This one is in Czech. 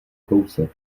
kousek